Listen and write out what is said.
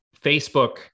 Facebook